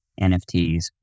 NFTs